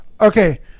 Okay